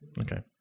okay